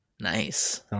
Nice